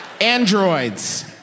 Androids